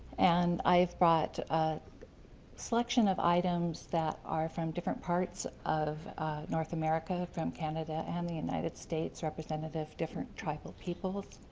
and i've brought a selection of items that are from different parts of the north america, from canada and the united states, representative of different tribal peoples.